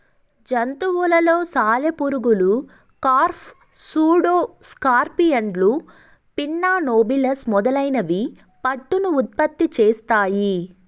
జంతువులలో సాలెపురుగులు, కార్ఫ్, సూడో స్కార్పియన్లు, పిన్నా నోబిలస్ మొదలైనవి పట్టును ఉత్పత్తి చేస్తాయి